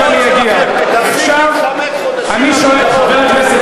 ואני אומר את זה בצער,